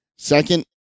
Second